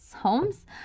homes